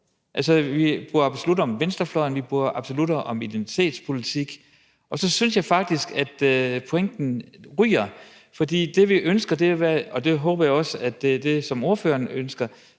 vi bruger absolutter om venstrefløjen, vi bruger absolutter om identitetspolitik. Og så synes jeg faktisk, at pointen ryger, for det, vi ønsker, er – og det håber jeg også er det, som ordføreren ønsker